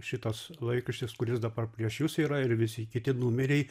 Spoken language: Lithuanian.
šitas laikraštis kuris dabar prieš jus yra ir visi kiti numeriai